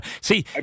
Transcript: See